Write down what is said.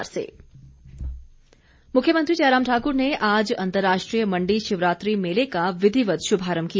शिवरात्रि महोत्सव मुख्यमंत्री जयराम ठाकुर ने आज अंतर्राष्ट्रीय मंडी शिवरात्रि मेले का विधिवत शुभारम्भ किया